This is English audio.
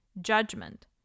Judgment